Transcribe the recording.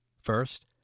First